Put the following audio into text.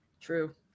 True